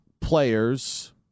players